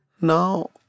Now